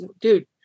dude